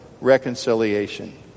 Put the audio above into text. reconciliation